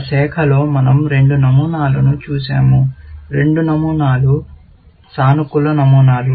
ఆ శాఖలో మన০ రెండు నమూనాలను చూశాము రెండూ సానుకూల నమూనాలు